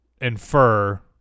infer